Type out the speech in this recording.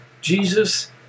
Jesus